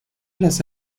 las